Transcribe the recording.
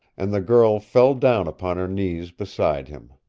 and the girl fell down upon her knees beside him.